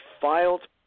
filed